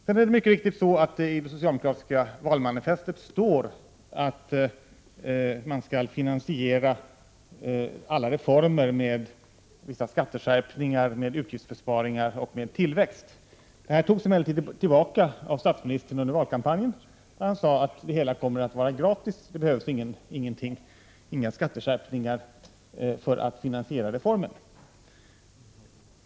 Det är mycket riktigt att det i det socialdemokratiska valmanifestet står att alla reformer skall finansieras genom vissa skatteskärpningar, utgiftsbesparingar och tillväxt. Detta togs emellertid tillbaka av statsministern under valkampanjen när han sade att det hela kommer att vara gratis och att det inte behövs några skatteskärpningar för att finansiera reformen.